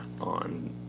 on